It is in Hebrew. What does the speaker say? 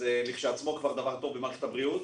שזה כשלעצמו דבר טוב במערכת הבריאות.